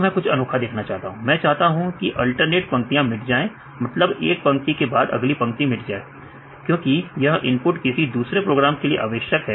मैं कुछ अनोखा देखना चाहता हूं मैं चाहता हूं कि अल्टरनेट पंक्तियां मिट जाए मतलब एक पंक्ति के बाद अगली पंक्ति मिट जाए क्योंकि यह इनपुट किसी दूसरे प्रोग्राम के लिए आवश्यक है